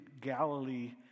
Galilee